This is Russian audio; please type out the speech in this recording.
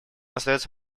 остается